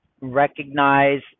recognize